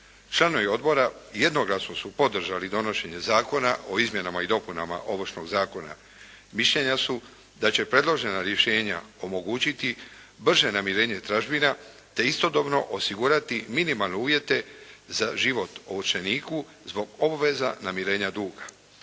Članovi odbora jednoglasno su podržali donošenje Zakona o izmjenama i dopuna Ovršnog zakona. Mišljenja su da će predložena rješenja omogućiti brže namirenje tražbina, te istodobno osigurati minimalne uvjete za život ovršeniku zbog obveza namirenja duga.